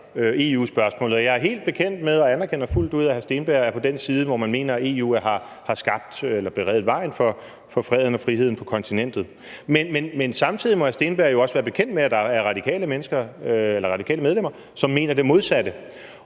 EU-spørgsmålet. Og jeg er helt bekendt med og anerkender fuldt ud, at hr. Andreas Steenberg er på den side, hvor man mener, at EU har beredt vejen for freden og friheden på kontinentet. Men samtidig må hr. Steenberg jo også være bekendt med, at der er radikale medlemmer, som mener det modsatte.